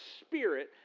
spirit